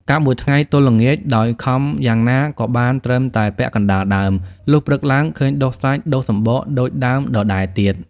កាប់មួយថ្ងៃទល់ល្ងាច ដោយខំយ៉ាងណាក៏បានត្រឹមតែពាក់កណ្តាលដើម លុះព្រឹកឡើងឃើញដុះសាច់ដុះសំបកដូចដើមដដែលទៀត ។